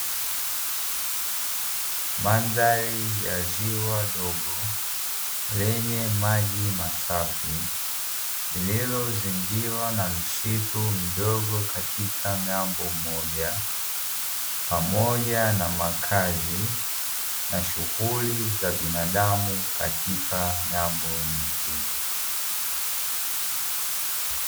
Mandhari ya ziwa dogo lenye maji masafi, lililozingirwa na msitu mdogo katika ng’ambo moja pamoja na makazi na shughuli za binadamu katika ng’ambo nyingine.